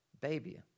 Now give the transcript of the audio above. baby